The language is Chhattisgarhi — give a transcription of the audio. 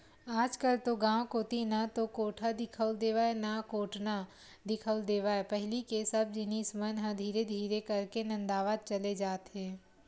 आजकल तो गांव कोती ना तो कोठा दिखउल देवय ना कोटना दिखउल देवय पहिली के सब जिनिस मन ह धीरे धीरे करके नंदावत चले जात हे